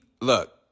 look